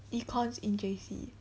econs in J_C